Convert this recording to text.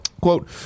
Quote